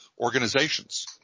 organizations